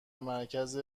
مرکز